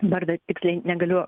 vardo tiksliai negaliu